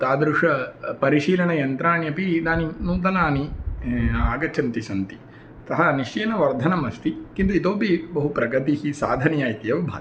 तादृशानि परिशीलनयन्त्राणि अपि इदानीं नूतनानि आगच्छन्ति सन्ति अतः निश्चयेन वर्धनम् अस्ति किन्तु इतोऽपि बहु प्रगतिः इति साधनीया इत्येव भाति